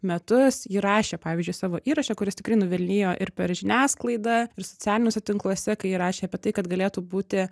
metus ji rašė pavyzdžiui savo įraše kuris tikrai nuvilnijo ir per žiniasklaidą ir socialiniuose tinkluose kai ji rašė apie tai kad galėtų būti